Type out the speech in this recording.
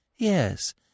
Yes